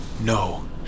No